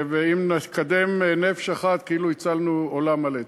ואם נקדם נפש אחת, כאילו הצלנו עולם מלא.